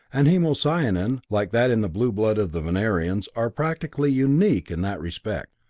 and hemocyanin, like that in the blue blood of the venerians, are practically unique in that respect.